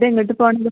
ഇതെങ്ങട്ട് പോകണത്